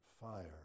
fire